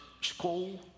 school